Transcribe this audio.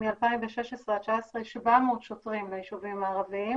מ-2016 עד 2019 700 שוטרים ביישובים הערביים